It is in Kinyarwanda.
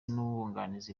n’abunganizi